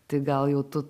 tai gal jau tu